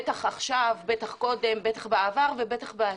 בטח עכשיו, בטח קודם, בטח בעבר ובטח בעתיד.